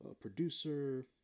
Producer